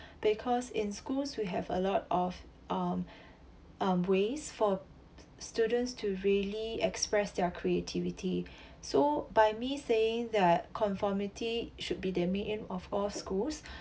because in schools we have a lot of um um ways for students to really express their creativity so by me saying that conformity should be the main aim of all schools